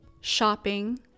shopping